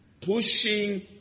pushing